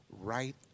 right